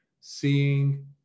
seeing